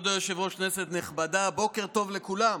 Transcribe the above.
כבוד היושב-ראש, כנסת נכבדה, בוקר טוב לכולם.